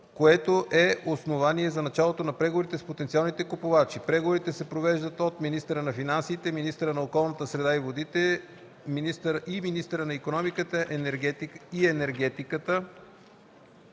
което е основание за началото на преговорите с потенциалните приобретатели. Преговорите се провеждат от министъра на финансите, министъра на околната среда и водите и министъра на икономиката и енергетиката